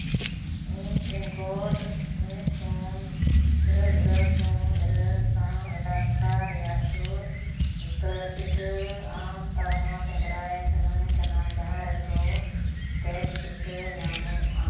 ᱤᱧ pin code ᱢᱤᱫ ᱥᱩᱱ ᱤᱨᱟᱹᱞ ᱤᱨᱟᱹᱞ ᱥᱩᱱ ᱤᱨᱟᱹᱞ ᱥᱟᱶ ᱮᱞᱟᱠᱟ ᱨᱮᱭᱟᱜ ᱥᱩᱨ ᱩᱛᱟᱹᱨ ᱴᱤᱠᱟᱹ ᱟᱢ ᱛᱟᱞᱢᱟ ᱥᱮᱸᱫᱽᱨᱟ ᱥᱟᱱᱟᱧ ᱠᱟᱱᱟ ᱡᱟᱦᱟᱸ ᱨᱮᱫᱚ ᱯᱮᱰ ᱴᱤᱠᱟᱹ ᱧᱟᱢᱚᱜᱼᱟ